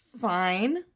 fine